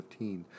2015